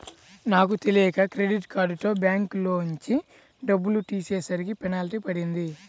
నాకు తెలియక క్రెడిట్ కార్డుతో బ్యాంకులోంచి డబ్బులు తీసేసరికి పెనాల్టీ పడింది